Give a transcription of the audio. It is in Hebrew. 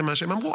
זה מה שהם אמרו,